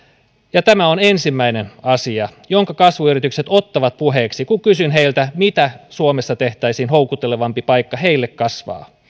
tämä on ensimmäinen asia jonka kasvuyritykset ottavat puheeksi kun kysyn heiltä miten suomesta tehtäisiin houkuttelevampi paikka heille kasvaa